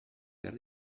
behar